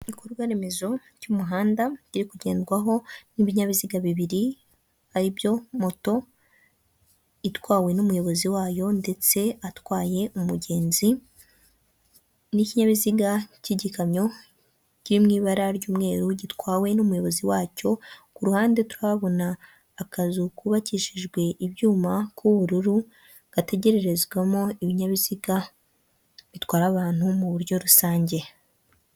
Ibikorwa remezo by'umuhanda biri kugendwaho n'ibinyabiziga bibiri ari byo moto itwawe n'umuyobozi wayo ndetse atwaye umugenzi n'ikinyabiziga cy'igikamyo kiri mu ibara ry'umweru gitwawe n'umuyobozi wacyo; ku ruhande turahabona akazu kubakishijwe ibyuma k'ubururu gategererezwamo ibinyabiziga bitwara abantu mu buryo rusange.